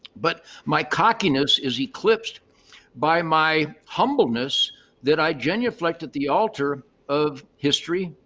but my cockiness is eclipsed by my humbleness that i genuflect at the alter of history,